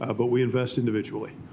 ah but we invest individually.